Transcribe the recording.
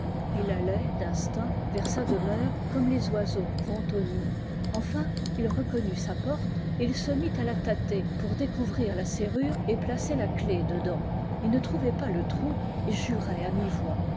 ii allait d'instinct vers sa demeure comme les oiseaux vont au nid enfin il reconnut sa porte et il se mit à la tâter pour découvrir la serrure et placer la clef dedans ii ne trouvait pas le trou et jurait à